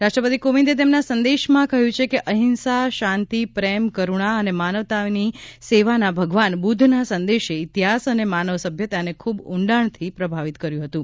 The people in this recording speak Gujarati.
રાષ્ટ્રપતિ કોવિંદે તેમના સંદેશમાં કહ્યું છે કે અહિંસા શાંતિ પ્રેમ કરૂણા અને માનવતાની સેવાના ભગવાન બુદ્ધના સંદેશે ઇતિહાસ અને માનવ સભ્યતાને ખૂબ ઉંડાણથી પ્રભાવિત કર્યું હતું